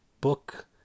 book